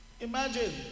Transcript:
Imagine